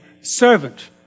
servant